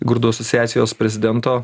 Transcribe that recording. grūdų asociacijos prezidento